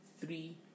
three